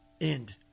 end